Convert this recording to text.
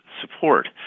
support